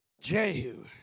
Jehu